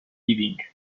leaving